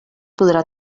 podrà